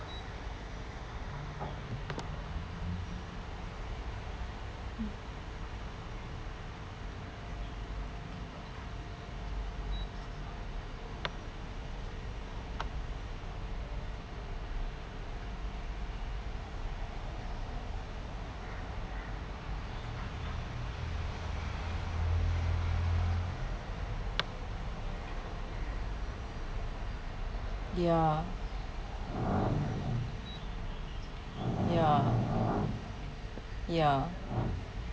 ya ya ya